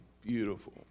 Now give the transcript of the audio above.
beautiful